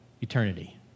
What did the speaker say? eternity